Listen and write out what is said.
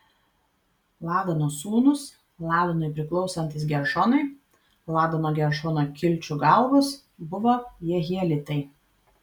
ladano sūnūs ladanui priklausantys geršonai ladano geršono kilčių galvos buvo jehielitai